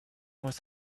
with